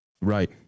Right